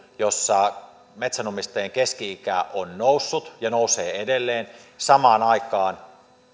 jossa metsänomistajien keski ikä on noussut ja nousee edelleen samaan aikaan